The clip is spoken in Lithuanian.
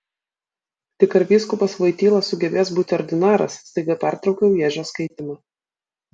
tik ar vyskupas voityla sugebės būti ordinaras staiga pertraukiau ježio skaitymą